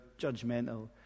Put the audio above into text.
judgmental